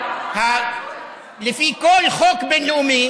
לפי כל חוק בין-לאומי